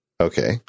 Okay